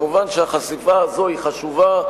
מובן שהחשיפה הזאת חשובה,